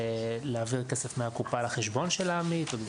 להעביר כסף מהקופה לחשבון של העמית או דברים כאלה.